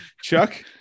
Chuck